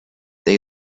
they